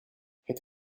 het